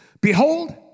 Behold